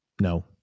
no